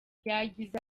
yagize